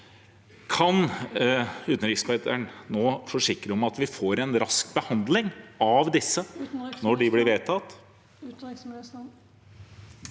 Kan utenriksministeren nå forsikre om at vi får en rask behandling av disse, når de blir vedtatt?